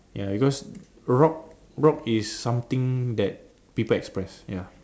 ya because rock rock is something that people express ya